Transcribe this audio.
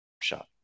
Shot